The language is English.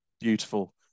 beautiful